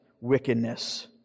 wickedness